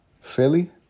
Philly